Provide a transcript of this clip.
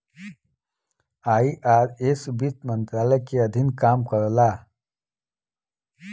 IRS वित्त मंत्रालय के अधीन काम करला